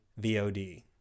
VOD